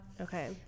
Okay